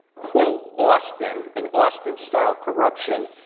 quote, austin and austin-style corruption,